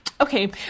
okay